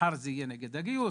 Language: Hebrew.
מחר זה יהיה נגד הגיוס.